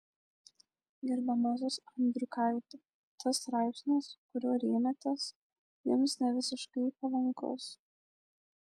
gerbiamasis andriukaiti tas straipsnis kuriuo rėmėtės jums nevisiškai palankus